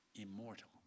immortal